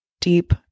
deep